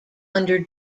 under